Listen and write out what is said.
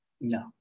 No